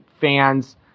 fans